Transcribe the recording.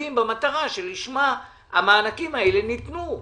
פוגעים במטרה שלשמה המענקים האלה ניתנו,